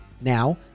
Now